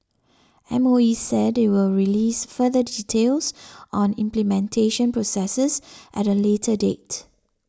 M O E said it will release further on implementation processes at a later date